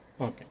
Okay